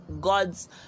God's